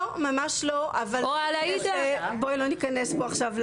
לא ממש לא, בואי לא נכנס עכשיו.